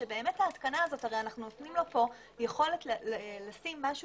הרי אנחנו נותנים לו פה יכולת לשים משהו